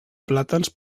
plàtans